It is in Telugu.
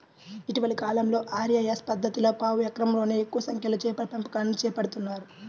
ఇటీవలి కాలంలో ఆర్.ఏ.ఎస్ పద్ధతిలో పావు ఎకరంలోనే ఎక్కువ సంఖ్యలో చేపల పెంపకాన్ని చేపడుతున్నారు